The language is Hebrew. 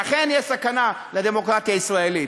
ואכן יש סכנה לדמוקרטיה הישראלית,